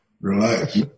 relax